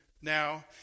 now